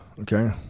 okay